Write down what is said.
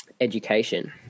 education